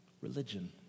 religion